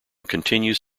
continues